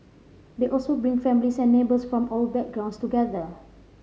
they also bring families and neighbours from all backgrounds together